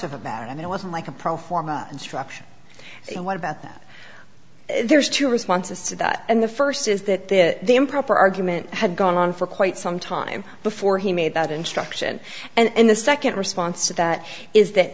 e about it and it wasn't like a pro forma instruction what about that there's two responses to that and the first is that the improper argument had gone on for quite some time before he made that instruction and the second response to that is that